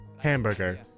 hamburger